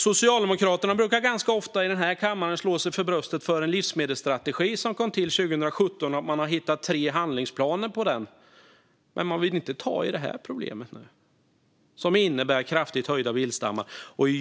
Socialdemokraterna brukar ofta slå sig för bröstet för en livsmedelsstrategi som kom till 2017, där man har skapat tre handlingsplaner. Men man vill inte ta i det här problemet, som innebär kraftigt höjda viltstammar.